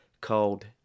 called